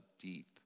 deep